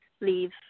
leave